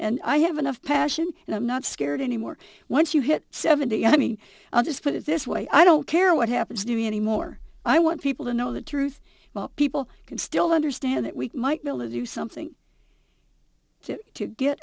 and i have enough passion and i'm not scared anymore once you hit seventy and i mean i'll just put it this way i don't care what happens to me anymore i want people to know the truth well people can still understand that we might deliver you something to get